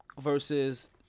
versus